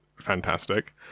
fantastic